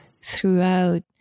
throughout